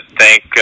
thank